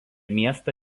miestą